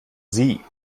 sie